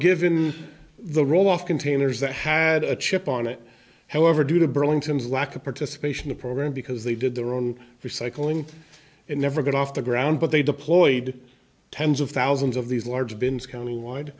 given the roll off containers that had a chip on it however due to burlington's lack of participation the program because they did their own recycling and never got off the ground but they deployed tens of thousands of these large bins countywide